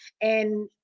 And-